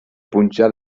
punxa